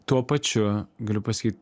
tuo pačiu galiu pasakyt